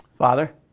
Father